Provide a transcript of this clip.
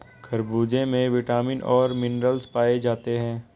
खरबूजे में विटामिन और मिनरल्स पाए जाते हैं